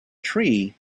tree